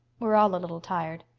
we're all a little tired.